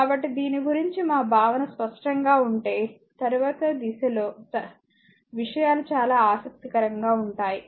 కాబట్టి దీని గురించి మా భావన స్పష్టంగా ఉంటే తరువాతి దశలో విషయాలు చాలా ఆసక్తికరంగా ఉంటాయి